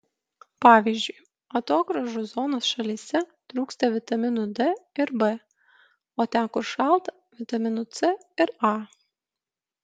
pavyzdžiui atogrąžų zonos šalyse trūksta vitaminų d ir b o ten kur šalta vitaminų c ir a